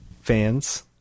fans